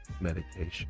medication